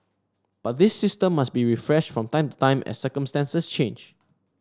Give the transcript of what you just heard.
but this system must be refreshed from time to time as circumstances change